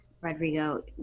Rodrigo